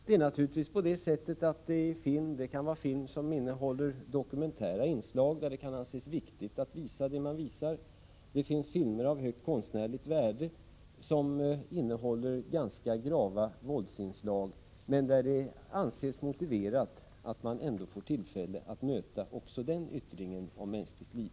Det kan gälla filmer som har dokumentära inslag som det anses viktigt att visa, och det kan finnas filmer av högt konstnärligt värde som har ganska grova våldsinslag, där det anses motiverat att man får tillfälle att möta också den yttringen av mänskligt liv.